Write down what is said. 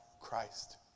Christ